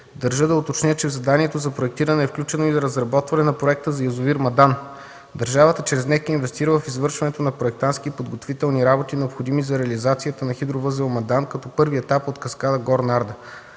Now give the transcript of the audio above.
Държа да уточня, че в заданието за проектиране е включено и разработване на проекта за язовир „Мадан”. Държавата чрез НЕК е инвестирала в извършването на проектантски подготвителни работи, необходими за реализацията на хидровъзел „Мадан” като първи етап от каскада „Горна Арда”.